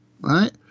right